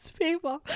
people